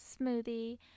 smoothie